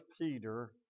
Peter